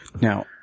Now